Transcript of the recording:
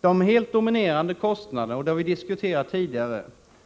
De helt dominerande kostnaderna — och detta har vi diskuterat tidigare